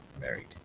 married